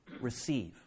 receive